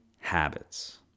habits